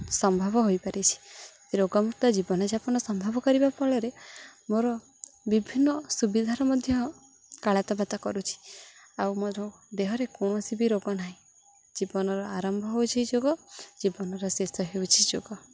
ସମ୍ଭବ ହୋଇପାରିଛି ରୋଗମୁକ୍ତ ଜୀବନଯାପନ ସମ୍ଭବ କରିବା ଫଳରେ ମୋର ବିଭିନ୍ନ ସୁବିଧାର ମଧ୍ୟ କାଳାତିପାତ କରୁଛି ଆଉ ମୋର ଦେହରେ କୌଣସି ବି ରୋଗ ନାହିଁ ଜୀବନର ଆରମ୍ଭ ହେଉଛି ଯୋଗ ଜୀବନର ଶେଷ ହେଉଛି ଯୋଗ